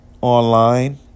online